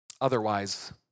Otherwise